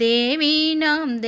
Devinam